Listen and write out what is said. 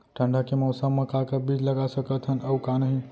ठंडा के मौसम मा का का बीज लगा सकत हन अऊ का नही?